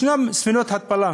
יש ספינות התפלה,